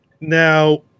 Now